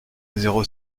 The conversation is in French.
zéro